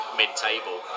mid-table